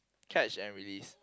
catch and release